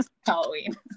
Halloween